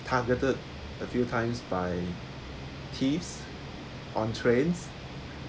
targeted a few times by thieves on trains